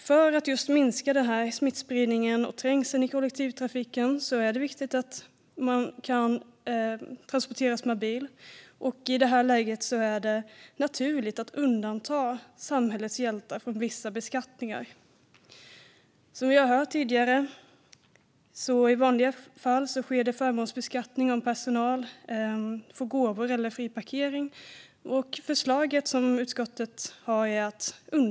För att minska smittspridningen och trängseln i kollektivtrafiken är det viktigt att man kan transporteras med bil. I det här läget är det naturligt att undanta samhällets hjältar från vissa beskattningar. Som vi hört tidigare sker i vanliga fall en förmånsbeskattning om personal får gåvor eller fri parkering. Utskottets förslag är att förlänga det undantag som redan finns till att gälla året ut.